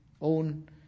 own